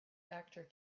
actor